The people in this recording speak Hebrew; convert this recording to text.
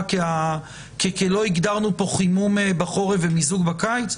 כי לא הגדרנו פה חימום בחורף ומיזוג בקיץ?